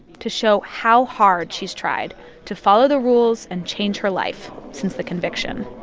to show how hard she's tried to follow the rules and change her life since the conviction.